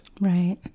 Right